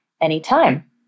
anytime